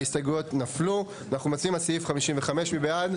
אנחנו מצביעים על ההסתייגויות של יש עתיד לסעיף 58. מצביעים.